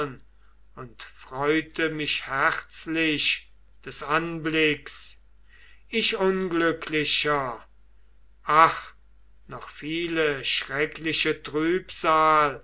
und freute mich herzlich des anblicks ich unglücklicher ach noch viele schreckliche